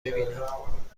ببینم